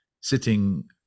sitting